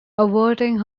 averting